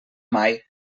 mai